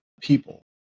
people